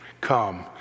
Come